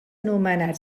nomenat